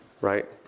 right